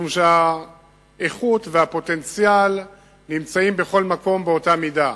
משום שהאיכות והפוטנציאל נמצאים בכל מקום באותה מידה.